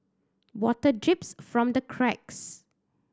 water drips from the cracks